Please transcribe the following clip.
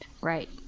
Right